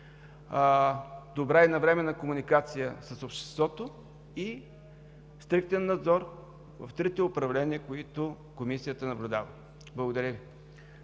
добра и навременна комуникация с обществото и стриктен надзор в трите управления, които Комисията наблюдава. Благодаря Ви.